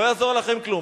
לא יעזור לכם כלום.